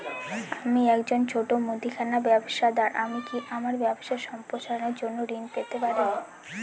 আমি একজন ছোট মুদিখানা ব্যবসাদার আমি কি আমার ব্যবসা সম্প্রসারণের জন্য ঋণ পেতে পারি?